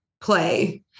play